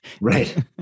Right